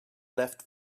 left